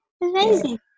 Amazing